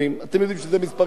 אתם יודעים שאלה מספרים נכונים.